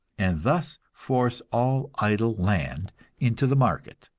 and thus force all idle land into the market.